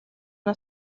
una